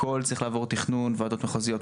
הכל צריך לעבור תכנון בוועדות מחוזיות,